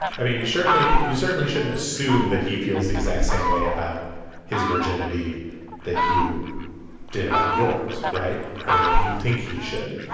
i mean you certainly you certainly shouldn't assume that he feels the exact same way about his virginity that you did about yours right. her that you think he should.